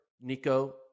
Nico